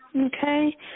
Okay